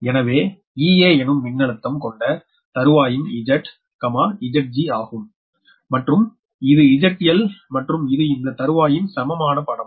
எனவே Ea எனும் மின்னழுத்தம் கொண்ட தருவாயின் Z Zg ஆகும் மற்றும் இது ZL மற்றும் இது இந்த தருவாயின் சமமான படம்